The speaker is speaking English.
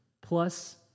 plus